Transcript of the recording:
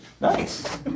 nice